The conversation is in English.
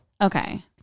okay